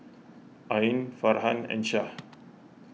Ain Farhan and Shah